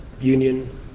union